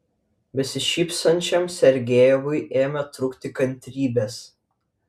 besišypsančiam sergejevui ėmė trūkti kantrybės